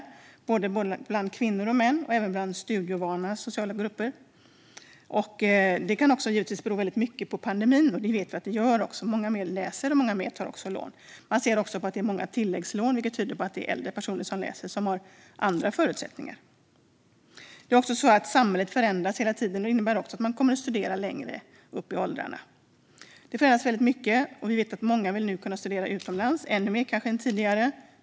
Antalet har ökat både bland kvinnor och män och bland studieovana sociala grupper. Det kan givetvis bero mycket på pandemin, och det vet vi att det gör - många fler läser, och många fler tar lån. Man ser också att det är många tilläggslån, vilket tyder på att det är äldre personer - med andra förutsättningar - som läser. Det är också så att samhället förändras hela tiden, vilket innebär att man kommer att studera längre upp i åldrarna. Vi vet även att många nu vill kunna studera utomlands - kanske ännu mer än tidigare.